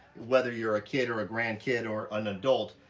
whether you're a kid or a grandkid or an adult,